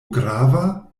grava